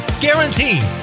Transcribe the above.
guaranteed